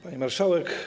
Pani Marszałek!